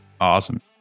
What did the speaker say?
Awesome